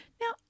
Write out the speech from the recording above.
Now